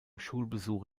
schulbesuch